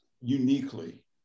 uniquely